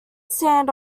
stand